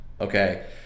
Okay